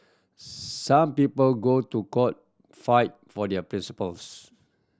some people go to court fight for their principles